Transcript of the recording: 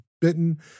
bitten